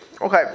Okay